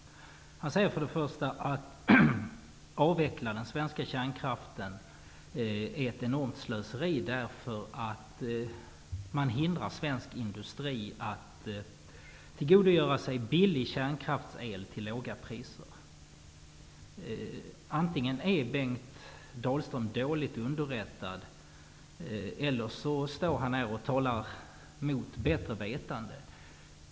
Bengt Dalström säger att en avveckling av den svenska kärnkraften är ett enormt slöseri, därför att det hindrar svensk industri från att tillgodogöra sig billig kärnkraftsel till låga priser. Antingen är Bengt Dalström dåligt underrättad, eller också står han här och talar mot bättre vetande.